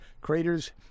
craters